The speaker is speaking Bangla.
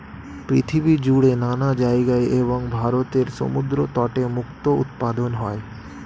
পৃথিবী জুড়ে নানা জায়গায় এবং ভারতের সমুদ্র তটে মুক্তো উৎপাদন হয়